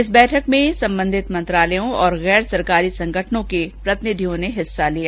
इस बैठक में संबंधित मंत्रालयों और गैर सरकारी संगठनों के प्रतिनिधियों ने भी हिस्सा लिया